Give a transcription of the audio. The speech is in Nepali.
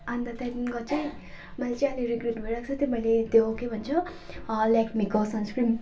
अन्त त्यहाँदेखिको चाहिँ मलाई चाहिँ अहिले रिग्रेट भइरहेको छ त्यो मैले त्यो के भन्छ लेकमिको सनस्क्रिन